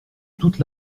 toute